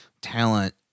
talent